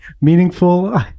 meaningful